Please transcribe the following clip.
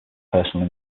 personal